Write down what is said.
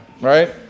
Right